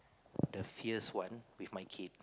the fierce one with my kid